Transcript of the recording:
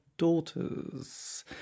daughters